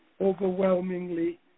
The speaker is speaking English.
overwhelmingly